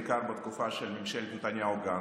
בעיקר בתקופה של ממשלת נתניהו-גנץ,